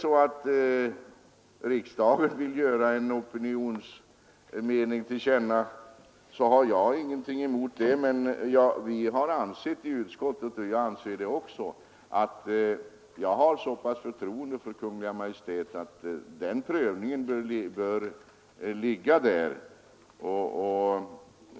Om riksdagen vill ge en opinion till känna har jag ingenting emot det, men vi i utskottet — och jag också — har så pass mycket förtroende för Kungl. Maj:t att vi anser att prövningen bör ligga där.